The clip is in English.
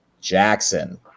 Jackson